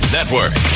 Network